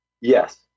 Yes